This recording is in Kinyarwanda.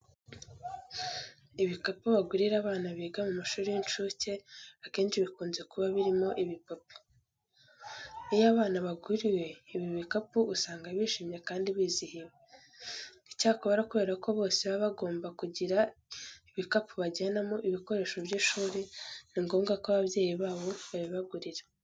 Ibikapu bagurira abana biga mu mashuri y'incuke akenshi bikunze kuba biriho ibipupe. Iyo abana baguriwe ibi bikapu usanga bishimye kandi bizihiwe. Icyakora kubera ko bose baba bagomba kugira ibikapu bajyanamo ibikoresho by'ishuri, ni ngombwa ko ababyeyi babo babibagurira.